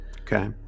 Okay